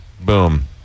Boom